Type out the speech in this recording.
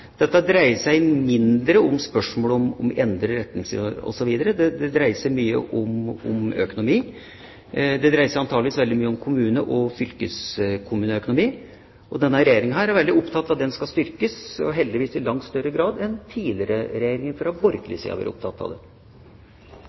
Dette dreier seg mindre om spørsmålet om å endre retningslinjer osv., men det dreier seg mye om økonomi, og det dreier seg antageligvis veldig mye om kommune- og fylkeskommuneøkonomi. Denne regjeringa er veldig opptatt av at den skal styrkes – heldigvis i langt større grad enn tidligere regjeringer fra borgerlig side har vært opptatt av det.